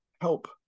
help